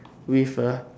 with a